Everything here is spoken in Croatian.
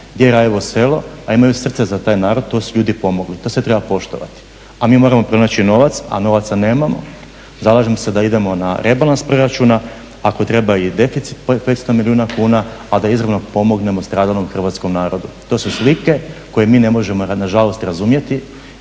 gdje je Rajevo Selo, a imaju srce za taj narod, to su ljudi pomogli i to sve treba poštovati. A mi moramo pronaći novac, a novaca nemamo. Zalažem se da idemo na rebalans proračuna, ako treba i deficit 500 milijuna kuna, ali da izravno pomognemo stradalom hrvatskom narodu. To su slike koje mi ne možemo nažalost razumjeti.